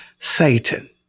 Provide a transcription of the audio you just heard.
Satan